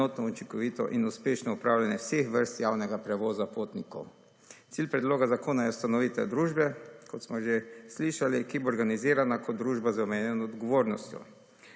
enotno, učinkovito in uspešno opravljanje vseh vrst javnega prevoza potnikov. Cilj predloga zakona je ustanovitev družbe, kot smo že slišali, ki bo organizirana kot družba z omejeno odgovornostjo.